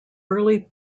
early